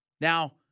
Now